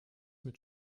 mit